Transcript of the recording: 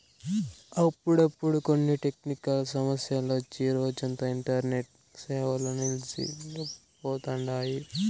అప్పుడప్పుడు కొన్ని టెక్నికల్ సమస్యలొచ్చి రోజంతా ఇంటర్నెట్ సేవలు నిల్సి పోతండాయి